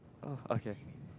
oh okay